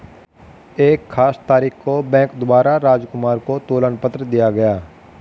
एक खास तारीख को बैंक द्वारा राजकुमार को तुलन पत्र दिया गया